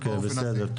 אוקיי, בסדר.